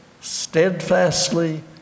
steadfastly